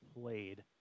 played